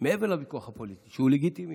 מעבר לוויכוח הפוליטי, שהוא לגיטימי,